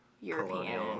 ...European